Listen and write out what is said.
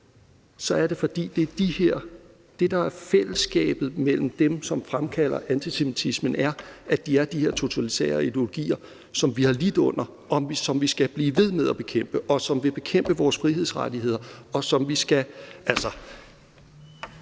så er det, fordi lighedspunktet mellem dem, som fremkalder antisemitisme, er, at de hylder de her totalitære ideologier, som vi har lidt under, og som vi skal blive ved med at bekæmpe; som vil bekæmpe vores frihedsrettigheder, og som vi jo altså